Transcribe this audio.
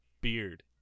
beard